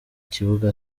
kibuga